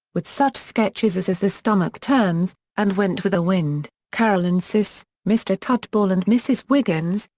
with such sketches as as the stomach turns, and went with the wind, carol and sis, mr. tudball and mrs. wiggins,